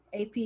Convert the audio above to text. AP